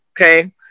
Okay